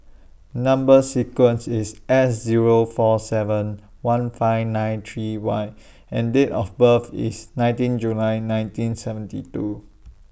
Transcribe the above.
Number sequence IS S Zero four seven one five nine three Y and Date of birth IS nineteen July nineteen seventy two